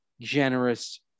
generous